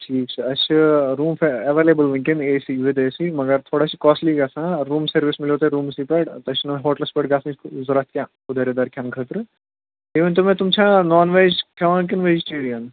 ٹھیٖک چھُ اَسہِ چھِ روٗم ایولیبٕل ؤنکٮ۪ن A C with A C مگر تھوڑا چھِ کاسٹلی گژھان روٗم سٔرو مِلیو تۄہہِ روٗمہٕ سٕے پٮ۪ٹھ تۄہہِ چھُنہٕ ہوٹل پٮ۪ٹھ گژھنٕچ ضوٚرتھ کینٛہہ اُدر اِدر کھٮ۪نہٕ خٲطرٕ بیٚییہِ ؤنۍ تو مےٚ تِم چھا نان ویج کھٮ۪وان کِنہٕ ویجٹیریَن